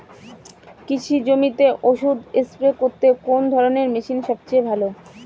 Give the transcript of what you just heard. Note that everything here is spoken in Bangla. কৃষি জমিতে ওষুধ স্প্রে করতে কোন ধরণের মেশিন সবচেয়ে ভালো?